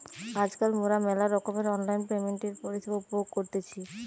আজকাল মোরা মেলা রকমের অনলাইন পেমেন্টের পরিষেবা উপভোগ করতেছি